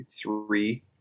three